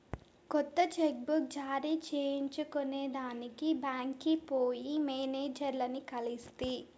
కొత్త cheque book జారీ చేయించుకొనేదానికి బాంక్కి పోయి మేనేజర్లని కలిస్తి